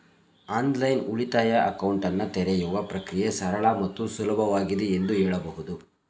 online ಉಳಿತಾಯ ಅಕೌಂಟನ್ನ ತೆರೆಯುವ ಪ್ರಕ್ರಿಯೆ ಸರಳ ಮತ್ತು ಸುಲಭವಾಗಿದೆ ಎಂದು ಹೇಳಬಹುದು